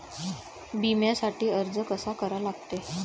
बिम्यासाठी अर्ज कसा करा लागते?